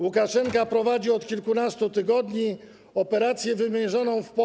Łukaszenka prowadzi od kilkunastu tygodniu operację wymierzoną w Polskę.